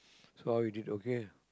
so how you did okay